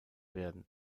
werden